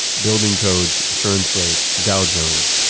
building codes, insurance rates, the dow jones,